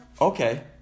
Okay